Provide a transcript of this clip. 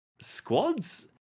squads